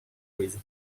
coisa